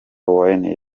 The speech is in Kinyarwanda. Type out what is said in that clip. wayne